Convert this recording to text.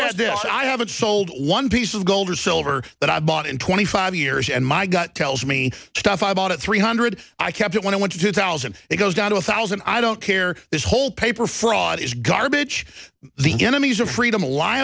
this i haven't sold one piece of gold or silver that i've bought in twenty five years and my gut tells me stuff i bought at three hundred i kept it when i went to two thousand it goes down to a thousand i don't care this whole paper fraud is garbage the enemies of freedom lie